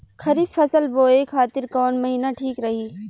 खरिफ फसल बोए खातिर कवन महीना ठीक रही?